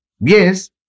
Yes